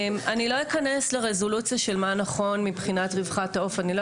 אני לא אכנס לרזולוציה של מה נכון מבחינת רווחת העוף אני לא